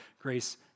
grace